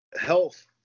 health